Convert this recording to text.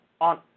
on